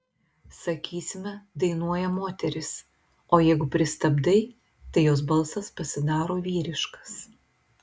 sakysime dainuoja moteris o jeigu pristabdai tai jos balsas pasidaro vyriškas